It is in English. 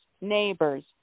neighbors